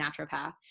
naturopath